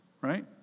right